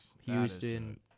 Houston